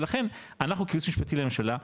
ולכן אנחנו כייעוץ משפטי לממשלה,